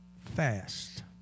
fast